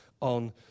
on